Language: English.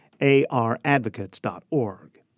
aradvocates.org